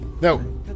No